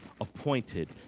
appointed